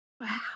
Wow